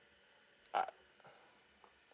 ah